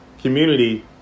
community